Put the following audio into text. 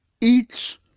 eats